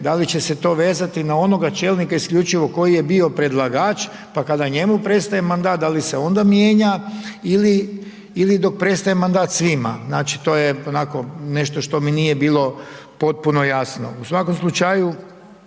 da li će se to vezati na onoga čelnika isključivo koji je bio predlagač, pa kada njemu prestaje mandat, da li se onda mijenja, ili dok prestaje mandat svima. Znači, to je onako nešto što mi nije bilo potpuno jasno. U svakom slučaju,